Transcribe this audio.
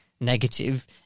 negative